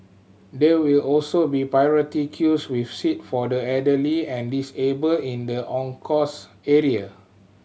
there will also be priority queues with seat for the elderly and disabled in the on course area